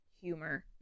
humor